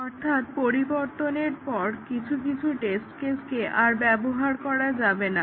অর্থাৎ পরিবর্তনের পর কিছু কিছু টেস্ট কেসকে আর ব্যবহার করা যাবে না